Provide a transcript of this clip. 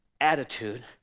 attitude